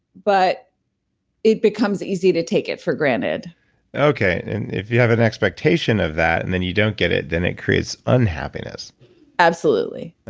but it becomes easy to take it for granted okay. and if you have an expectation of that, and then you don't get it, then it creates unhappiness absolutely.